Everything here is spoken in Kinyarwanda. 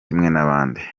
n’abandi